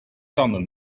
tanden